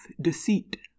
deceit